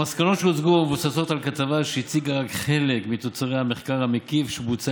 המסקנות שהוצגו מבוססות על כתבה שהציגה רק חלק מתוצרי המחקר המקיף שבוצע